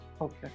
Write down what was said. Okay